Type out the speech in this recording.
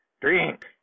Drink